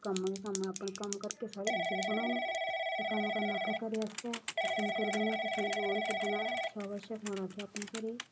कम्म गै कम्म ऐ अपना कम्म करगे साढ़ी इज्जत बनग असें कम्म करना अपने घरै आस्तै कुसै नी करी देना कुसै गी ओह् निं करी देना शाबाशै खोआना असें अपने घरै